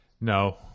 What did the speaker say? No